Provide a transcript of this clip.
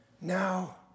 Now